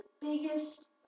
biggest